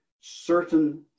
certain